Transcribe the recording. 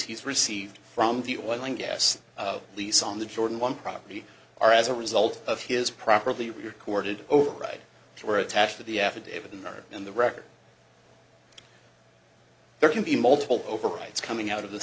he's received from the oil and gas lease on the jordan one property are as a result of his properly recorded override to are attached to the affidavit in there in the record there can be multiple overwrites coming out of the